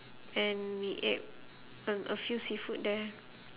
and we ate um a few seafood there